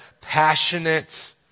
passionate